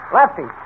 Lefty